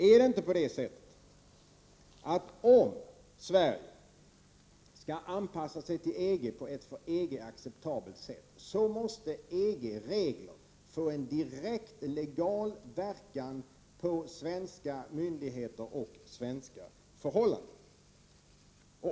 Är det inte på det sättet, att om Sverige skall anpassa sig till EG på ett för EG acceptabelt sätt, måste EG:s regler få en direkt, legal verkan över svenska myndigheter och svenska förhållanden?